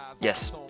yes